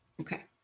okay